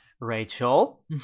Rachel